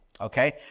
okay